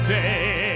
day